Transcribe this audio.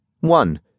One